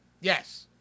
Yes